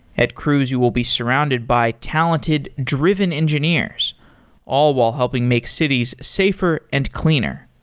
at cruise you will be surrounded by talented, driven engineers all while helping make cities safer and cleaner.